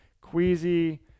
queasy